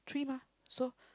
three mah so